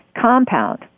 compound